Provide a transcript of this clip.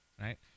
right